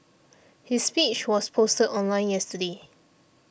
his speech was posted online yesterday